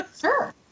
sure